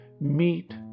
Meet